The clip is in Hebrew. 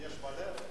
יש מלא.